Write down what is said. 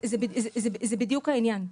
זה בדיוק העניין.